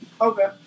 Okay